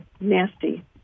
nasty